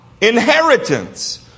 inheritance